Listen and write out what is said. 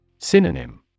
Synonym